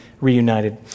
reunited